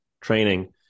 training